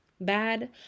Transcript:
bad